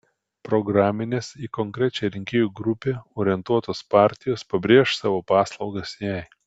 programinės į konkrečią rinkėjų grupę orientuotos partijos pabrėš savo paslaugas jai